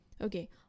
Okay